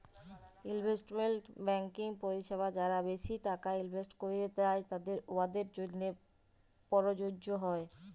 investment banking পরিছেবা যারা বেশি টাকা ইলভেস্ট ক্যইরতে চায়, উয়াদের জ্যনহে পরযজ্য